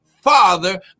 Father